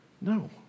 No